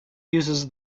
uses